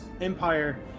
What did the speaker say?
empire